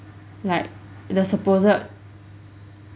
like the supposed